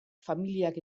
familiak